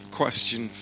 question